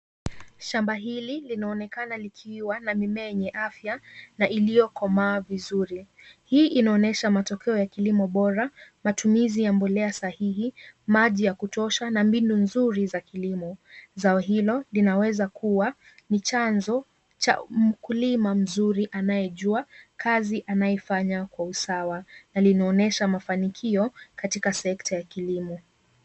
Shamba hili linaonekana likiwa na mimea yenye afya na iliyokomaa vizuri. Hii inaonyesha matokeo ya kilimo bora, matumizi ya mbolea sahihi, maji ya kutosha na mbinu nzuri za kilimo. Zao hilo linaweza kuwa ni chanzo cha mkulima mzuri anayejua kazi anayefanya kwa usawa, na linaonyesha mafanikio katika sekta ya kilimo.